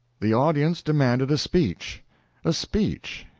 the audience demanded a speech a speech,